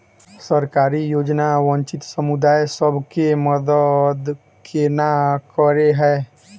सरकारी योजना वंचित समुदाय सब केँ मदद केना करे है?